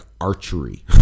archery